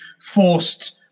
forced